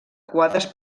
quadres